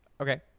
Okay